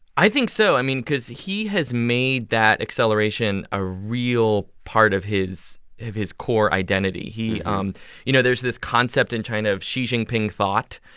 i think so. i mean because he has made that acceleration a real part of his of his core identity. he um you know, there's this concept in china of xi jinping thought.